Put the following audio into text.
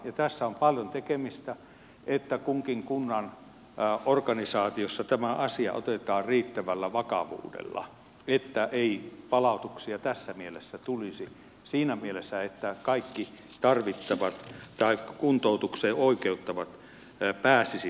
tässä on paljon tekemistä että kunkin kunnan organisaatiossa tämä asia otetaan riittävällä vakavuudella että ei palautuksia tässä mielessä tulisi että kaikki kuntoutukseen oikeutetut pääsisivät kuntoutukseen